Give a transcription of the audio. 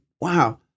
wow